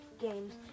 games